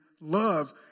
love